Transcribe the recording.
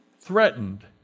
threatened